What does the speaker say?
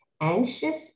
anxious